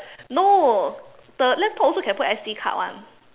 no the laptop also can put S_D card [one]